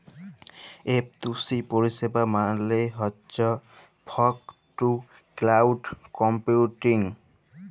F two C পরিষেবা মালে হছ ফগ টু ক্লাউড কম্পিউটিং